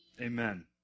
Amen